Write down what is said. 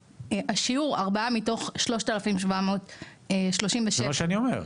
השיעור של 4 מתוך 3737. זה מה שאני אומר.